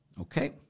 okay